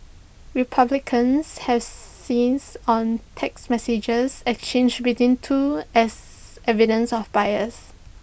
republicans have seized on text messages exchanged between two as evidence of bias